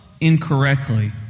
incorrectly